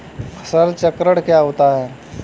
फसल चक्रण क्या होता है?